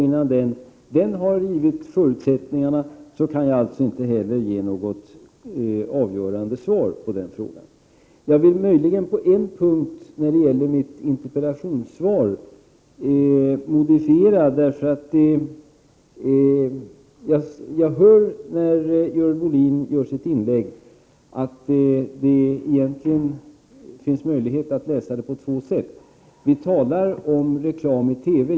Innan utredningen har givit förutsättningarna, kan jag inte lämna något avgörande svar på frågan. När det gäller mitt interpellationssvar vill jag möjligen på en punkt modifiera vad jag sade. När Görel Bohlin talade hörde jag att det egentligen finns en möjlighet att läsa avsnittet på två sätt. Vi talar om reklam i TV.